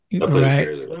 right